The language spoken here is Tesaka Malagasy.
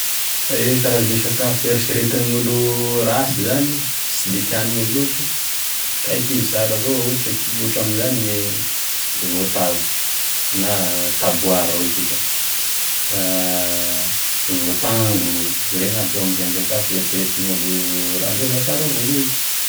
E karazan'e sakafo eriseretin'olo rasy zany sy de tiàn'olo loatry zany kaiky izy sara vao, ohatra amizany ny voatavo na taboara hoy isika, da voatango iregny aby zao agnisan'ny sakafo eritreretin'olo raha nefa sara avao le izy.